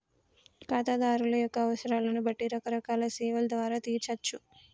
ఖాతాదారుల యొక్క అవసరాలను బట్టి రకరకాల సేవల ద్వారా తీర్చచ్చు